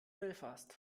belfast